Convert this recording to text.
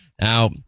Now